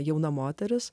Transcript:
jauna moteris